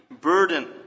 burden